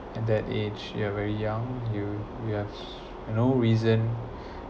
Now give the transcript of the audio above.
at that age you are very young you you have no reason